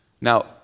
Now